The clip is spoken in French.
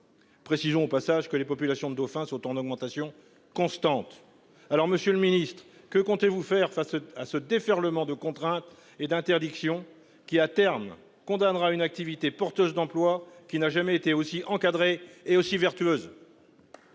Précisons au passage que les populations de dauphins sont en augmentation constante. Alors Monsieur le Ministre que comptez-vous faire face à ce déferlement de contraintes et d'interdiction qui à terme condamnera une activité porteuse d'emplois qui n'a jamais été aussi encadrer et aussi vertueuses.